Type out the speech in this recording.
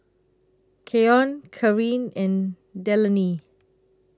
Keyon Carin and Delaney